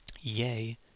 yea